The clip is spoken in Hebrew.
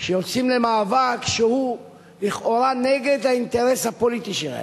שיוצאים למאבק שהוא לכאורה נגד האינטרס הפוליטי שלהם.